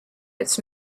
its